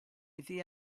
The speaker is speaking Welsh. iddi